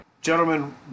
Gentlemen